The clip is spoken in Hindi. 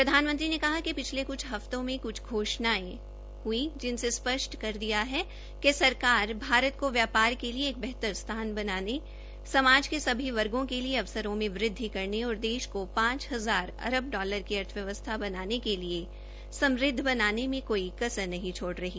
प्रधानमंत्री ने कहा कि पिछले कुछ हफ्तों में हई घोषणायें ने स्पष्ट कर दिया है कि सरकार भारत को व्यापार के लिए बेहतर स्थान बनाने समाज के सभी वर्गो के लिए अवसरों में वृद्वि करने और देश को पांच हजार अरब डालर की अर्थव्यवस्था बनाने के लिए स्मृद्व बनाने मे कोई कसर नहीं छोड़ रही